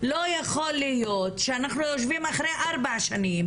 לא יכול להיות שאנחנו יושבים אחרי ארבע שנים